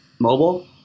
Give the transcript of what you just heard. Mobile